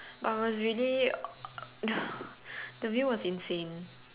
but really the view was insane